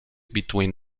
between